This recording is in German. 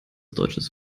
deutsches